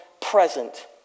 present